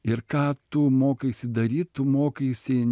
ir ką tu mokaisi daryt tu mokaisi